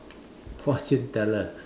fortune teller